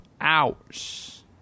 hours